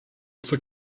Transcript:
zur